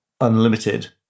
unlimited